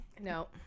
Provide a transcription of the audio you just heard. No